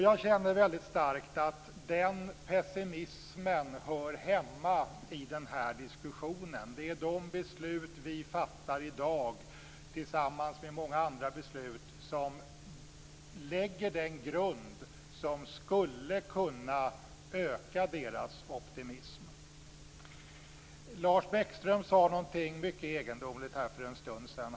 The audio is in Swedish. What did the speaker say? Jag kände väldigt starkt att den pessimismen hör hemma i den här diskussionen. Det är de beslut vi fattar i dag, tillsammans med många andra beslut, som lägger den grund som skulle kunna öka deras optimism. Lars Bäckström sade något mycket egendomligt för en stund sedan.